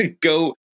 go